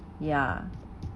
ya